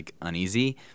uneasy